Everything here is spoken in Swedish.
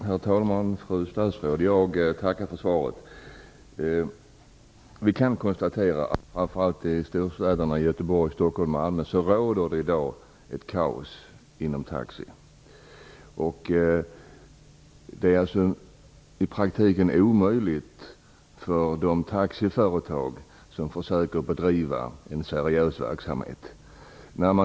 Herr talman! Fru statsråd! Jag tackar för svaret. Vi kan konstatera att det framför allt i storstäderna - Göteborg, Stockholm och Malmö - råder kaos inom taxinäringen. I praktiken är det en omöjlig situation för de taxiföretag som försöker bedriva en seriös verksamhet.